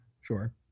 Sure